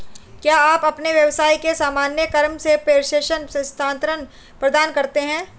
क्या आप अपने व्यवसाय के सामान्य क्रम में प्रेषण स्थानान्तरण प्रदान करते हैं?